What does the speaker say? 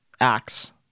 acts